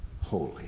holy